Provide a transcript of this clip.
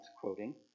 quoting